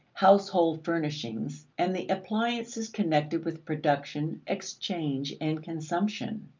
household furnishings, and the appliances connected with production, exchange, and consumption.